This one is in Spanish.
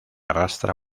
arrastra